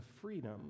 freedom